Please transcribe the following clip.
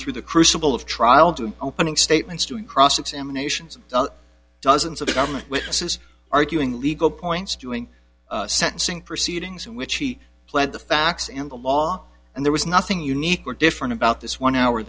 through the crucible of trial doing opening statements doing cross examinations of dozens of government witnesses arguing legal points during sentencing proceedings in which he pled the facts in the law and there was nothing unique or different about this one hour